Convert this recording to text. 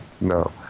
no